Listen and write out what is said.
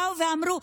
באו ואמרו,